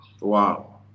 Wow